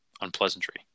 unpleasantry